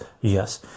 yes